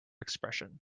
expression